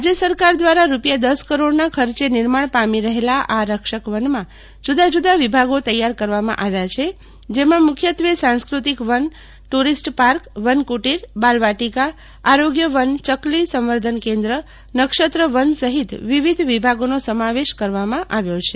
રાજ્ય સરકાર દ્વારા રૂપિયા દસ કરોડના ખર્ચે નિર્માણ પામી રહેલા આ રક્ષક વનમાં જુદા જુદા વિભાગો છે જેમાં મુખ્યત્વે સંસ્કૃતિક વન ટુરિસ્ટ પાર્ક વન કુટીર બાળ વાટિકા આરોગ્ય વન ચકલી સંવર્ધન કેન્દ્ર નક્ષત્ર વન સહીત વિવિધ વિભાગોનો સમાવેશ કરવામાં આવ્યો છે